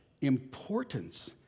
importance